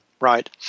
right